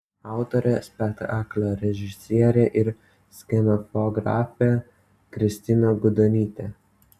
autorė spektaklio režisierė ir scenografė kristina gudonytė